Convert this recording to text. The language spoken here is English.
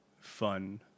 fun